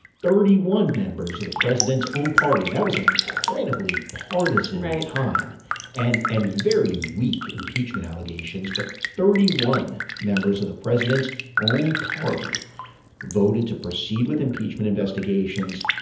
thirty one members of the president's own party. that was an incredibly partisan right time and and very weak impeachment allegations. but thirty one members of the president's own party voted to proceed with impeachment investigations.